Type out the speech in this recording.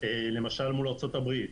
למשל מול ארצות-הברית,